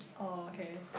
oh okay